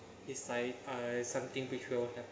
is like I something which we will have